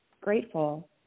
grateful